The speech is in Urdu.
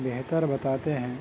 بہتر بتاتے ہیں